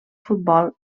futbol